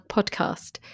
Podcast